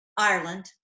Ireland